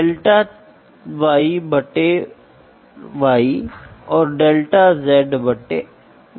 इसलिए मूल्य देने के लिए ये दोनों भाग बिल्कुल संरेखित नहीं हो सकते हैं